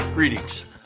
Greetings